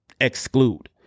exclude